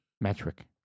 Metric